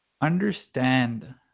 understand